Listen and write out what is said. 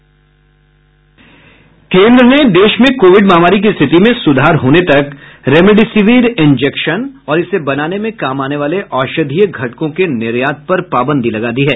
केंद्र ने देश में कोविड महामारी की स्थिति में सुधार होने तक रेमडेसिविर इन्जेक्शन और इसे बनाने में काम आने वाले औषधीय घटकों के निर्यात पर पाबंदी लगा दी है